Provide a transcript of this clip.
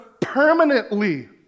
permanently